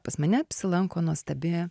pas mane apsilanko nuostabi